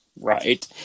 Right